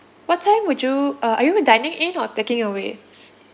what time would you uh are you dining in or taking away